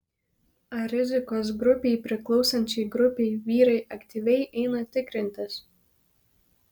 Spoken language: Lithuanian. ar rizikos grupei priklausančiai grupei vyrai aktyviai eina tikrintis